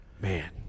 Man